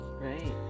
Right